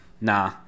Nah